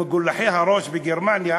מגולחי הראש בגרמניה,